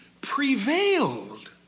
prevailed